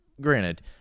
granted